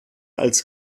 als